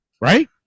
Right